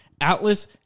Atlas